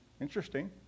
Interesting